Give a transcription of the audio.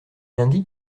indique